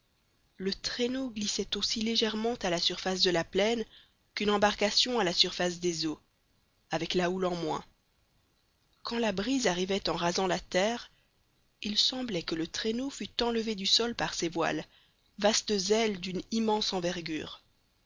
le traîneau glissait aussi légèrement à la surface de la plaine qu'une embarcation à la surface des eaux avec la houle en moins quand la brise arrivait en rasant la terre il semblait que le traîneau fût enlevé du sol par ses voiles vastes ailes d'une immense envergure